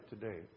today